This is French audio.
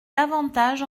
davantage